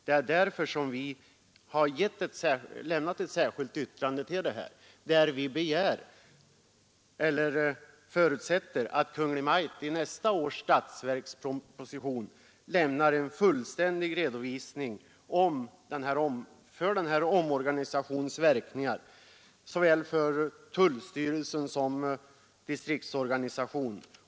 Det är också därför som vi har avgivit ett särskilt yttrande, i vilket vi förutsätter att Kungl. Maj:t i nästkommande statsverksproposition lämnar en fullständig redovisning av den här omorganisationens verkningar såväl för tullstyrelsen som för distriktsorganisationen.